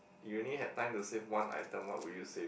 you only had time to save one item what you save